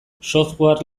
software